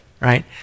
right